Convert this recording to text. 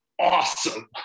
awesome